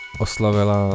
oslavila